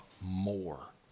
more